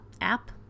app